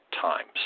times